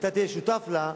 ואתה תהיה שותף לה.